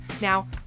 Now